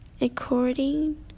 According